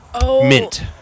mint